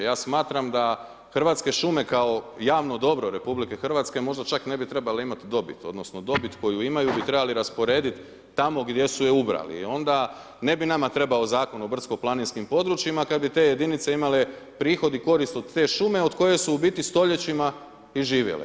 Ja smatram da hrvatske šume kao javno dobro RH, možda čak ne bi trebale imati dobiti, odnosno, dobit koju imaju bi trebali rasporediti tamo gdje su je ubrali i onda ne bi nama trebao Zakon o brdsko planinskim područjima kad bi te jedinice imale prihod i korist od te šume od koje su u biti stoljećima i živjele.